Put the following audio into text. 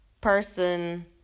person